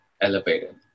elevated